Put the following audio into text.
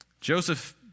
Joseph